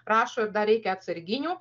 rašo ir dar reikia atsarginių